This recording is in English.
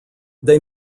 they